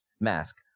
mask